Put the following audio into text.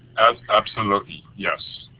absolutely, yes.